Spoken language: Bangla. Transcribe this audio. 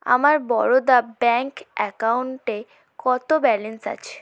আমার বরোদা ব্যাঙ্ক অ্যাকাউন্টে কত ব্যালেন্স আছে